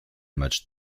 much